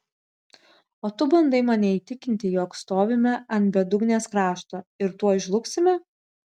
o tu bandai mane įtikinti jog stovime ant bedugnės krašto ir tuoj žlugsime